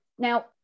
Now